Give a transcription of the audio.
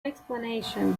explanation